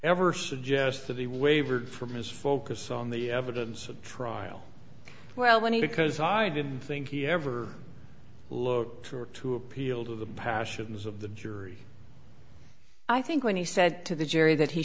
ever suggested he wavered from his focus on the evidence at trial well when he because i didn't think he ever looked for to appeal to the passions of the jury i think when he said to the jury that he